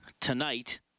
tonight